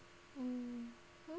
mmhmm